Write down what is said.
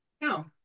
No